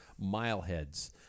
mileheads